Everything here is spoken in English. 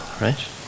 right